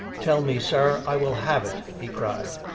tell me, sir a i will have it! he cried.